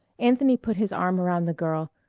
anthony put his arm around the girl,